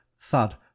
thud